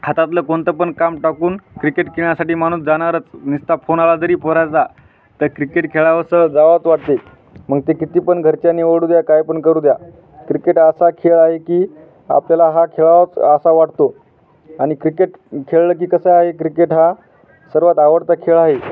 हातातलं कोणतं पण काम टाकून क्रिकेट खेळण्यासाठी माणूस जाणारचं नुसता फोन आला जरी पोराचा तर क्रिकेट खेळावंसं जावंच वाटते मग ते किती पण घरच्यानी ओढू द्या काय पण करू द्या क्रिकेट असा खेळ आहे की आपल्याला हा खेळावंच असा वाटतो आणि क्रिकेट खेळलं की कसं आहे क्रिकेट हा सर्वात आवडता खेळ आहे